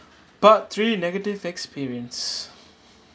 part three negative experience